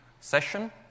session